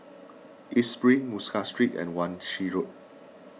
East Spring Muscat Street and Wan Shih Road